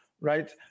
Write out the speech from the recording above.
right